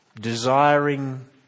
desiring